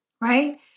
right